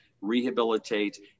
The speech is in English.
rehabilitate